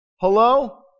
Hello